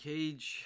Cage